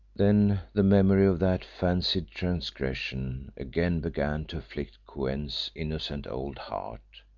then the memory of that fancied transgression again began to afflict kou-en's innocent old heart,